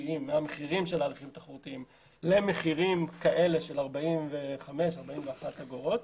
העברה מהמחירים של הליכים תחרותיים למחירים של 45-41 אגורות